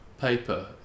paper